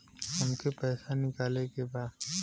हमके पैसा निकाले के बा